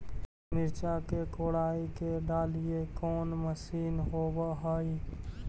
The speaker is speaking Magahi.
मिरचा के कोड़ई के डालीय कोन मशीन होबहय?